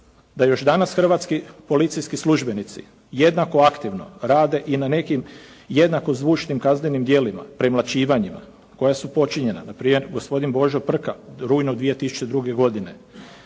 da još danas hrvatski policijski službenici jednako aktivno rade i na nekim jednako zvučnim kaznenim djelima, premlaćivanjima koja su počinjena. Npr. gospodin Božo Prka u rujnu 2002. godine,